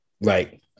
Right